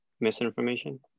misinformation